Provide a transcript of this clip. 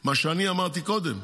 מה שאני אמרתי קודם,